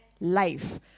life